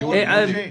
האם